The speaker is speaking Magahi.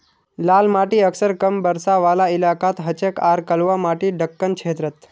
लाल माटी अक्सर कम बरसा वाला इलाकात हछेक आर कलवा माटी दक्कण क्षेत्रत